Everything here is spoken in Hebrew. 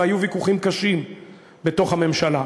והיו ויכוחים קשים בתוך הממשלה,